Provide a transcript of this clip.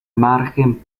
margen